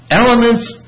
elements